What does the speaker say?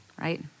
right